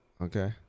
okay